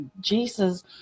Jesus